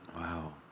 Wow